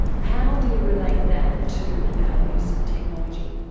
how do you relate that to our use of technology?